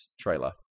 trailer